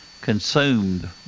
consumed